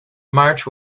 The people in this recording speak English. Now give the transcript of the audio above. march